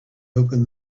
open